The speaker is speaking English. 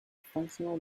functional